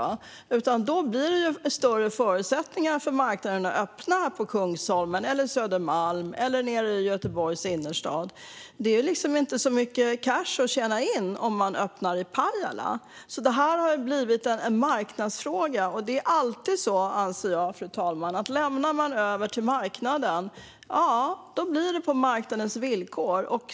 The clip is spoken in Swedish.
Det blir större förutsättningar för marknaden att öppna här på Kungsholmen eller Södermalm eller nere i Göteborgs innerstad. Det är inte så mycket cash att tjäna på att öppna i Pajala. Det här har alltså blivit en marknadsfråga. Fru talman! Jag anser att det alltid är så att om man lämnar över något till marknaden blir det på marknadens villkor.